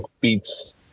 beats